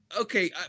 okay